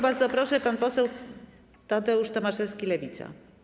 Bardzo proszę, pan poseł Tadeusz Tomaszewski, Lewica.